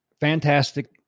Fantastic